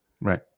Right